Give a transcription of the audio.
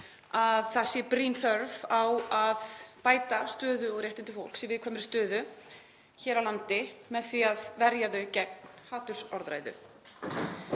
því að brýn þörf sé á að bæta stöðu og réttindi fólks í viðkvæmri stöðu hér á landi með því að verja það gegn hatursorðræðu.